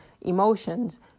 emotions